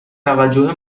توجه